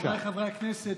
חבריי חברי הכנסת,